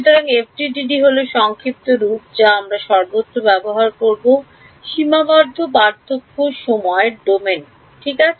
সুতরাং এফডিটিডিটি হল সংক্ষিপ্ত রূপ যা আমরা সর্বত্র ব্যবহার করব সীমাবদ্ধ পার্থক্য সময় ডোমেন ঠিক আছে